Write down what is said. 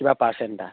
কিবা পাৰ্চেণ্ট এটা